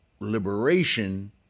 liberation